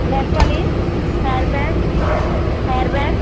nail polish hair band hair band